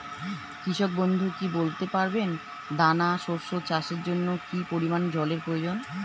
কৃষক বন্ধু কি বলতে পারবেন দানা শস্য চাষের জন্য কি পরিমান জলের প্রয়োজন?